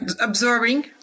absorbing